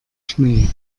schnee